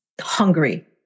hungry